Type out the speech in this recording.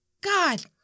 God